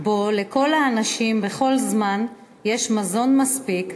שבו לכל האנשים בכל זמן יש מזון מספיק,